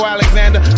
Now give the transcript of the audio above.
Alexander